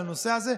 על הנושא הזה,